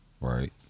Right